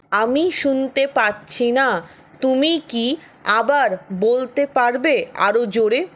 আমি শুনতে পাচ্ছি না তুমি কি আবার বলতে পারবে আরও জোরে